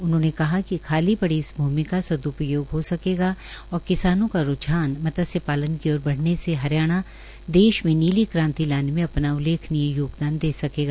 उन्होंने कहा कि खाली पड़ी इस भूमि का सदउपयोग हो सकेगा और किसानों का रूझान मत्स्य पालन की ओर बढऩे से हरियाणा देश में नीली क्रांति लाने में अपना उल्लेखनीय योगदान दे सकेगा